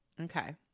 Okay